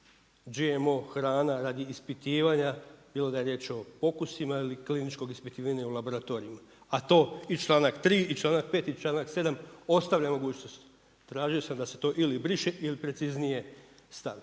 GMO hrana radi ispitivanja, bilo da je riječ o pokusima ili kliničkog ispitivanja u laboratoriju, a to i članak 3 i članak 5 i članak 7 ostavlja mogućnost. Tražio sam da se to ili briše ili preciznije stavi,